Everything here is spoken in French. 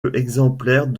exemplaires